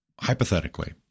hypothetically